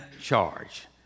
charge